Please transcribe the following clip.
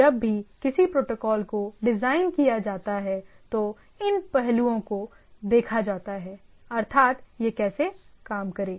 जब भी किसी प्रोटोकॉल को डिज़ाइन किया जाता है तो इन पहलुओं को देखा जाता है अर्थात यह कैसे काम करेगा